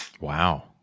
wow